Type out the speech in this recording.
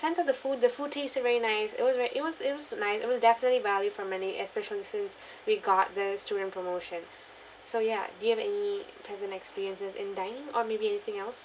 sense of the food the food tasted very nice it was very it was it was nice it was definitely value for money especially since we got the student promotion so ya do you have any pleasant experiences in dining or maybe anything else